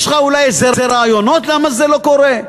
יש לך אולי רעיונות למה זה לא קורה?